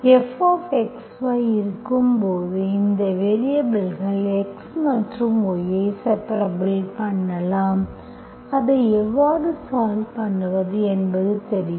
fxyஇருக்கும்போது இந்த வேரியபல்கள் x மற்றும் y ஐ செபரபுல் பண்ணலாம் அதை எவ்வாறு சால்வ் பண்ணுவது என்பது தெரியும்